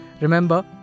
Remember